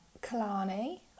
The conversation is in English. Kalani